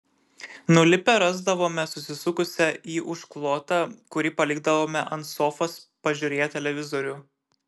nulipę rasdavome susisukusią į užklotą kurį palikdavome ant sofos pažiūrėję televizorių